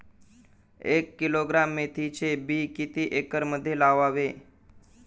एक किलोग्रॅम मेथीचे बी किती एकरमध्ये लावावे?